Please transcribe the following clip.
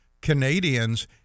Canadians